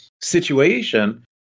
situation